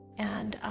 and,